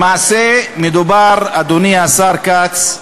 למעשה מדובר, אדוני השר כץ,